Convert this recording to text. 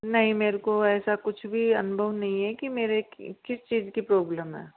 नहीं मेरे को ऐसा कुछ भी अनुभव नहीं है कि मेरे किस चीज़ की प्रॉब्लम है